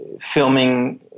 filming